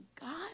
God